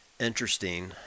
interesting